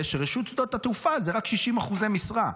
שרשות שדות התעופה זה רק 60% משרה.